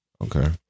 Okay